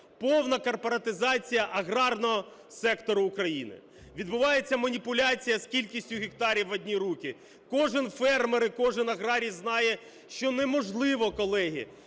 повна корпоратизація аграрного сектору України. Відбувається маніпуляція з кількістю гектарів в одні руки. Кожен фермер і кожен аграрій знає, що неможливо, колеги,